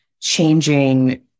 changing